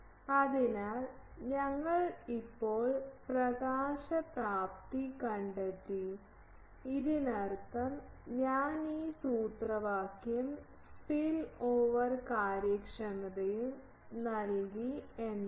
അതിനാൽ ഞങ്ങൾ ഇപ്പോൾ പ്രകാശപ്രാപ്തി കണ്ടെത്തി ഇതിനർത്ഥം ഞാൻ ഈ സൂത്രവാക്യവും സ്പിൽഓവർ കാര്യക്ഷമതയും നൽകി എന്നാണ്